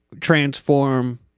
transform